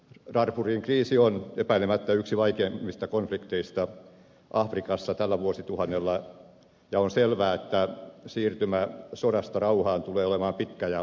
darfurin kriisi on epäilemättä yksi vaikeimmista konflikteista afrikassa tällä vuosituhannella ja on selvää että siirtymä sodasta rauhaan tulee olemaan pitkä ja vaikea